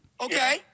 Okay